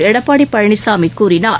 எடப்பாடி பழனிசாமி கூறினார்